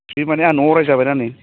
free माने आं न'आव रायजाबायना नै